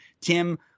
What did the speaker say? Tim